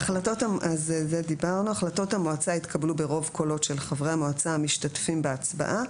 החלטות המועצה יתקבלו ברוב קולות של חברי המועצה המשתתפים בהצבעה,